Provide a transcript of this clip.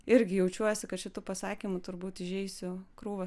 irgi jaučiuosi kad šitu pasakymu turbūt įžeisiu krūvas